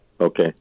Okay